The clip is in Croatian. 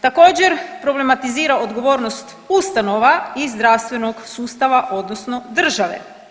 Također, problematizira odgovornost ustanova i zdravstvenog sustava odnosno države.